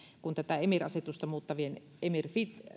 kun tätä emir asetusta muuttavaa emir